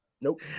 Nope